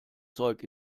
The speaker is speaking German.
zeug